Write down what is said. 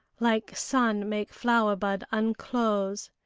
like sun make flower-bud unclose.